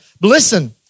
Listen